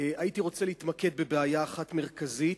הייתי רוצה להתמקד בבעיה אחת מרכזית,